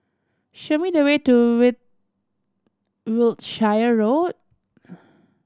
show me the way to way Wiltshire Road